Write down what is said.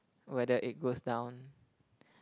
where the egg goes down